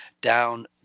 down